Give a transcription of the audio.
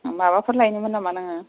माबाफोर लायनोमोन नामा नोङो